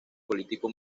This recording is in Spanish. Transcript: político